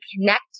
connect